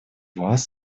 вас